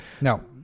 No